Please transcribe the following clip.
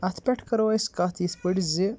اَتھ پٮ۪ٹھ کَرو أسۍ کَتھ یِتھ پٲٹھۍ زِ